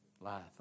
life